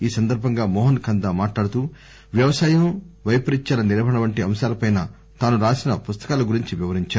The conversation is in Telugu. ఈ సందర్బంగా మోహన్ కందా మాట్లాడుతూ వ్యవసాయం వైపరీత్యాల నిర్వహణ వంటి అంశాలపై తాను రాసిన పుస్తకాల గురించి వివరించారు